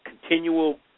continual